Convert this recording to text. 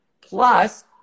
plus